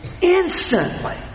instantly